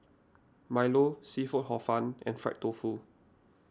Milo Seafood Hor Fun and Fried Tofu